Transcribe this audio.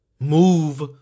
Move